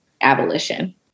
abolition